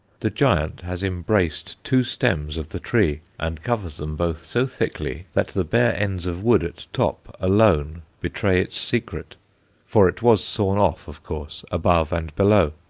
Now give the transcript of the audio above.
the giant has embraced two stems of the tree, and covers them both so thickly that the bare ends of wood at top alone betray its secret for it was sawn off, of course, above and below.